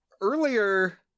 earlier